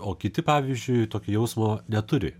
o kiti pavyzdžiui tokio jausmo neturi